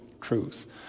truth